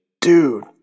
Dude